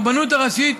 הרבנות הראשית,